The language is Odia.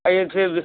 ଆଜ୍ଞା ସିଏ ବି